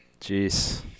Jeez